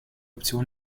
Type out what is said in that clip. option